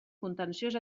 contenciós